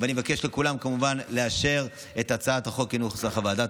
אני אבקש מכולם כמובן לאשר את הצעת החוק כנוסח הוועדה.